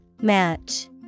Match